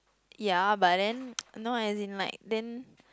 ya but then no as in like then